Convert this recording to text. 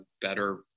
better